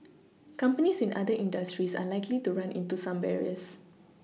companies in other industries are likely to run into the same barriers